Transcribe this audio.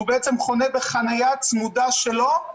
הוא חונה בחנייה צמודה שלו,